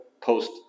post